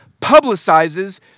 publicizes